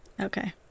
okay